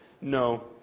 No